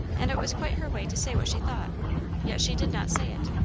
and it was quite her way to say what she thought yet she did not say it.